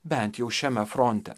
bent jau šiame fronte